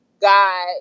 God